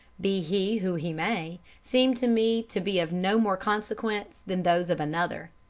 be he who he may, seem to me to be of no more consequence than those of another.